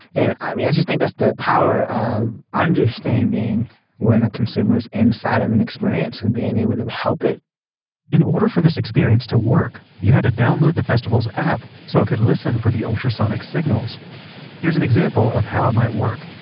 and i mean, i just think that's the power of understanding when a consumer's inside of an experience, and being able to help it in order for this experience to work, you had to download the festival's app so it could listen for the ultrasonic signals here's an example of how it might work.